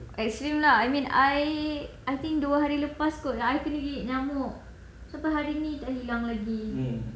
extreme lah I mean I I think dua hari lepas kot I kena gigit nyamuk sampai hari ini tak hilang lagi